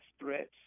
threats